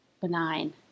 benign